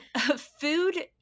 Food